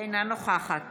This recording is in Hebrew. אינה נוכחת